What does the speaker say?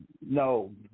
No